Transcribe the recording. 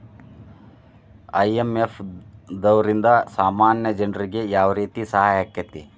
IMF ದವ್ರಿಂದಾ ಸಾಮಾನ್ಯ ಜನ್ರಿಗೆ ಯಾವ್ರೇತಿ ಸಹಾಯಾಕ್ಕತಿ?